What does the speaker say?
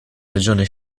regione